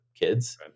kids